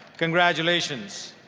congratulations.